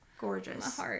gorgeous